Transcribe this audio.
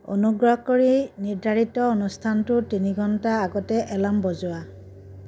অনুগ্ৰহ কৰি নিৰ্ধাৰিত অনুষ্ঠানটোৰ তিনি ঘণ্টা আগতে এলাৰ্ম বজোৱা